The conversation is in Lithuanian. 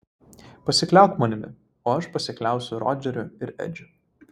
pasikliauk manimi o aš pasikliausiu rodžeriu ir edžiu